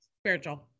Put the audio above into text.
Spiritual